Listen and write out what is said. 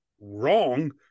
wrong